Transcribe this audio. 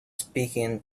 speaking